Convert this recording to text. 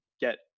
get